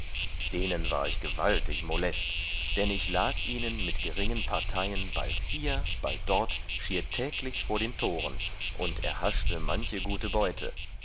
denen war ich gewaltig molest dann ich lag ihnen mit geringen parteien bald hier bald dort schier täglich vor den toren und erhaschte manche gute beute